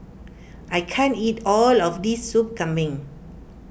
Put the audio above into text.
I can't eat all of this Soup Kambing